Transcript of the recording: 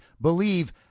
believe